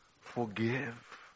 forgive